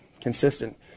consistent